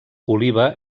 oliva